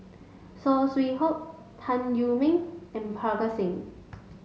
Saw Swee Hock Tan Meng and Parga Singh